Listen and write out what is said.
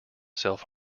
self